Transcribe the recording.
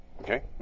Okay